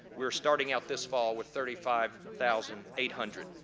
we are starting out this fall with thirty five thousand eight hundred,